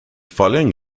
following